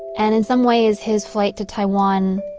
and in some ways, his flight to taiwan